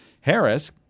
Harris